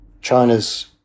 China's